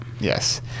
Yes